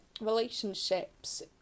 relationships